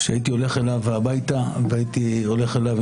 הייתי הולך אליו הביתה עם סדר-היום,